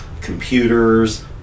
computers